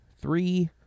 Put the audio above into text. three